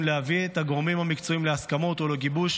להביא את הגורמים המקצועיים להסכמות ולגיבוש